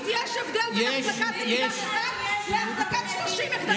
פשוט יש הבדל בין החזקת אקדח אחד להחזקת 30 אקדחים.